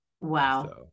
wow